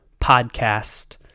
podcast